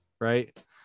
right